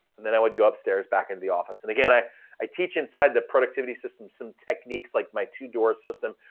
and then i would go upstairs back into the office. and again i i teach inside the productivity system some techniques like my two-door system.